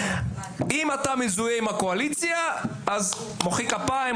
אם אתה מזוהה עם הקואליציה - אז מוחא כפיים,